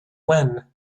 when